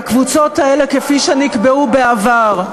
והקבוצות האלה, כפי שנקבעו בעבר,